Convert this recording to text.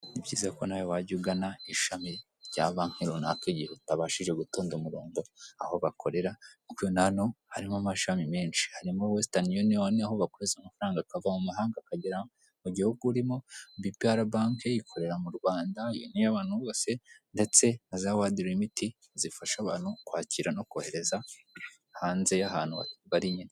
Ni byiza ko nawe wajya ugana ishami rya banki runaka igihe utabashije gutunda umurongo aho bakorera, nk'uko ubibona hano harimo amashami menshi, harimo wesitani uniyoni, aho bakoherereza amafaranga akava mu mahanga akagera mu gihugu urimo, bipiyara banki ikorera mu Rwanda iyi ni iy'abantu bose, ndetse zawadi limiti zifasha abantu kwakira no kohereza hanze y'ahantu bari nyine.